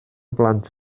blant